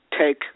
take